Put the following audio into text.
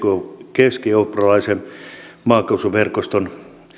keskieurooppalaiseen maakaasuverkostoon